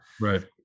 right